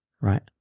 Right